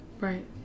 Right